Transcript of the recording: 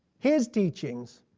his teachings,